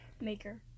maker